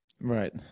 Right